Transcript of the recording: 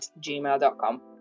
gmail.com